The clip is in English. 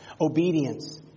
Obedience